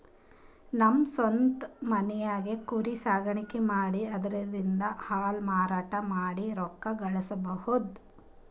ನಮ್ ಸ್ವಂತ್ ಮನ್ಯಾಗೆ ಕುರಿ ಸಾಕಾಣಿಕೆ ಮಾಡಿ ಅದ್ರಿಂದಾ ಹಾಲ್ ಮಾರಾಟ ಮಾಡಿ ರೊಕ್ಕ ಗಳಸಬಹುದ್